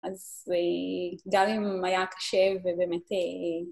אז גם עם היה קשה ובאמת...